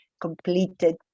completed